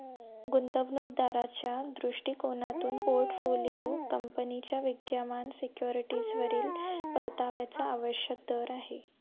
गुंतवणूक दाराच्या दृष्टिकोनातून पोर्टफोलिओ कंपनीच्या विद्यमान सिक्युरिटीजवरील परताव्याचा आवश्यक दर आहे